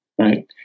right